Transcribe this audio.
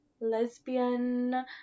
lesbian